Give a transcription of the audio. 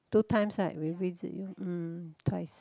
two times right we visit you mm twice